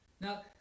Now